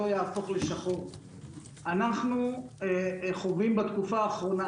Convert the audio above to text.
אנחנו חווים בתקופה האחרונה,